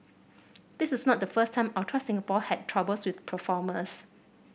this is not the first time Ultra Singapore had troubles with performers